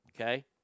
okay